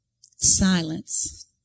Silence